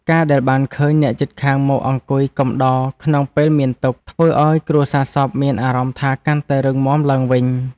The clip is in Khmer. ការដែលបានឃើញអ្នកជិតខាងមកអង្គុយកំដរក្នុងពេលមានទុក្ខ ធ្វើឱ្យគ្រួសារសពមានអារម្មណ៍ថាកាន់តែរឹងមាំឡើងវិញ។